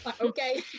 okay